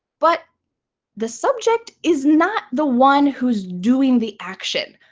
but the subject is not the one who's doing the action.